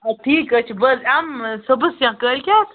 اَدٕ ٹھیٖک حظ چھِ بہٕ حظ یِمہٕ صُبحس یا کٲلِکیتھ